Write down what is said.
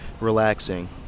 relaxing